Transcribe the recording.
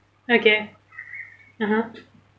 okay (uh huh)